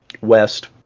west